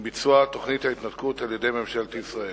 עם ביצוע תוכנית ההתנתקות על-ידי ממשלת ישראל.